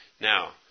Now